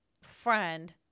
friend